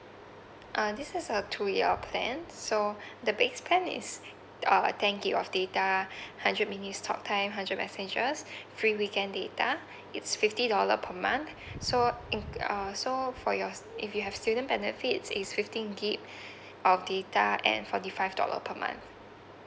uh this is a two year plan so the base plan is uh ten gig of data hundred minutes talk time hundred messages free weekend date it's fifty dollar per month so in uh so for yours if you have student benefits is fifteen gig of data and forty five dollar per month